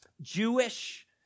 Jewish